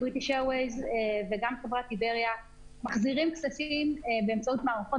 "בריטיש אירוויס" וגם חברת "איבריה" מחזירים כספים באמצעות מערכות